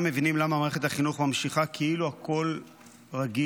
מבינים למה מערכת החינוך ממשיכה כאילו הכול רגיל,